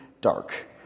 dark